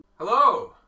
Hello